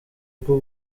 bwo